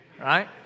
right